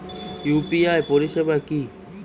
UPI পরিসেবা কি?